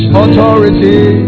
authority